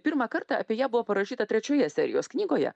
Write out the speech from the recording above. pirmą kartą apie ją buvo parašyta trečioje serijos knygoje